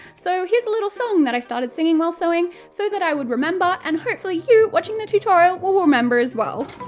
so here's a little song that i started singing while sewing so that i would remember and hopefully you, watching the tutorial, will will remember as well.